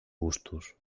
gustos